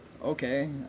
Okay